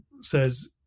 says